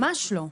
ממש לא,